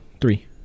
three